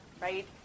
right